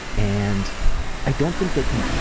and i don't think they can